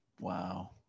Wow